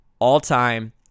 all-time